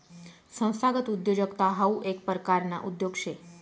संस्थागत उद्योजकता हाऊ येक परकारना उद्योग शे